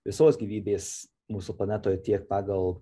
visos gyvybės mūsų planetoj tiek pagal